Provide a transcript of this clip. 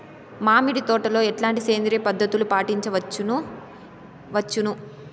మామిడి తోటలో ఎట్లాంటి సేంద్రియ పద్ధతులు పాటించవచ్చును వచ్చును?